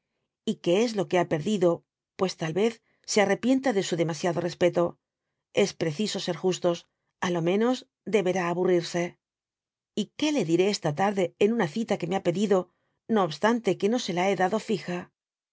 y que es lo que ha perdido pues tal vez se arrepienta de su demasiado respeto es preciso ser justos j á lo menos deberá aburrirse y que le diré esta tarde en una cita que me ha pedido no obstante que no se la hé dado fija